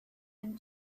and